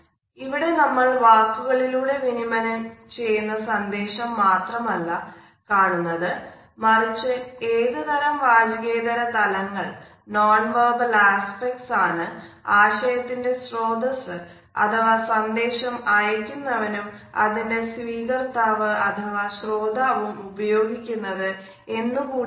ഇവിടെ നമ്മൾ വാക്കുകളിലൂടെ വിനിമയം ചെയ്യുന്ന സന്ദേശം മാത്രമല്ല കാണുന്നത് മറിച് ഏത് തരo വാചികേതര തലങ്ങൾ ആണ് ആശയത്തിന്റെ സ്രോതസ് അഥവാ സന്ദേശം അയക്കുന്നവനും അതിന്റെ സ്വീകർത്താവ് ശ്രോതാവും ഉപയോഗിക്കുന്നത് എന്ന് കൂടി ആണ്